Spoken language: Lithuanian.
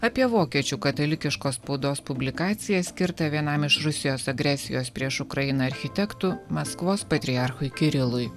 apie vokiečių katalikiškos spaudos publikacija skirta vienam iš rusijos agresijos prieš ukrainą architektų maskvos patriarchui kirilui